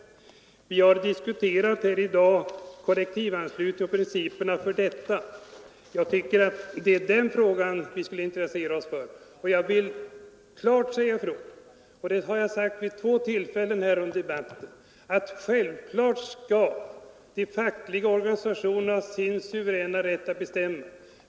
Vi har här i dag diskuterat kollektivanslutningen och principerna för denna. Jag tycker det är den frågan vi skulle intressera oss för. Jag vill Nr 117 Torsdagen den 7 november 1974 = att bestämma.